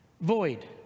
void